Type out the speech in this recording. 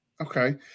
Okay